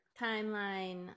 timeline